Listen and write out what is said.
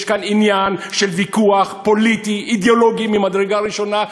יש כאן עניין של ויכוח פוליטי אידיאולוגי ממדרגה ראשונה,